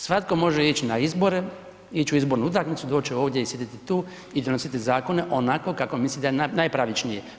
Svatko može ići na izbore, ići u izbornu utakmicu, doći ovdje i sjediti tu i donositi zakone onako kako misli da je najpravičnije.